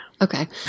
Okay